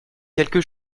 quelque